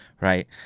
right